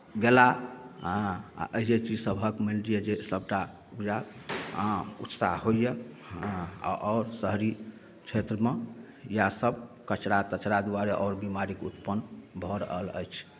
गेला हेँ आ एहिए चीज सभक मानि लिअ जे सभटा पूरा हँ उत्साह होइए हँ आओर शहरी क्षेत्रमे इएहसभ कचड़ा तचड़ा द्वारे आओर बीमारी उत्पन्न भऽ रहल अछि